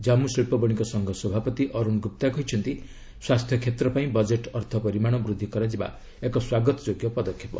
ଜାନ୍ମୁ ଶିଳ୍ପ ବଶିକ ସଂଘ ସଭାପତି ଅରୁଣ ଗୁପ୍ତା କହିଛନ୍ତି ସ୍ୱାସ୍ଥ୍ୟ କ୍ଷେତ୍ର ପାଇଁ ବଜେଟ୍ ଅର୍ଥ ପରିମାଣ ବୃଦ୍ଧି କରାଯିବା ଏକ ସ୍ୱାଗତ ଯୋଗ୍ୟ ପଦକ୍ଷେପ